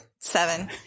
seven